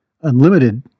unlimited